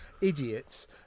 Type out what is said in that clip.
idiots